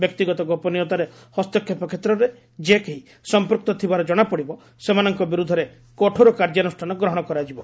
ବ୍ୟକ୍ତିଗତ ଗୋପନୀୟତାରେ ହସ୍ତକ୍ଷେପ କ୍ଷେତ୍ରରେ ଯେ କେହି ସମ୍ପୃକ୍ତ ଥିବାର ଜଣାପଡିବ ସେମାନଙ୍କ ବିରୁଦ୍ଧରେ କଠୋର କାର୍ଯ୍ୟାନୁଷ୍ଠାନ ଗ୍ରହଣ କରାଯିବ